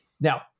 Now